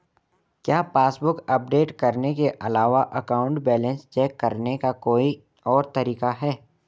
क्या passbook update करने के अलावा अकाउंट बैलेंस चेक करने का कोई और तरीका है?